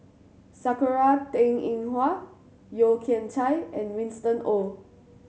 Sakura Teng Ying Hua Yeo Kian Chye and Winston Oh